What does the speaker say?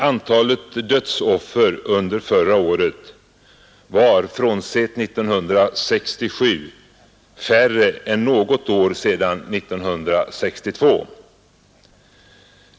Antalet dödsoffer under förra året var, frånsett 1967, mindre än något år sedan 1962.